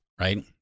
Right